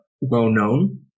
well-known